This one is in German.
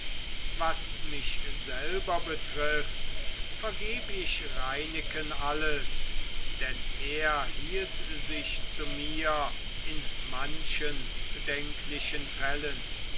was mich selber betrifft vergeb ich reineken alles denn er hielt sich zu mir in manchen bedenklichen fällen